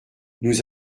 nous